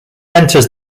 enters